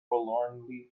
forlornly